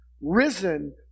risen